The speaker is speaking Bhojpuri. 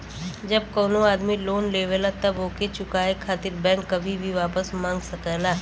जब कउनो आदमी लोन लेवला तब ओके चुकाये खातिर बैंक कभी भी वापस मांग सकला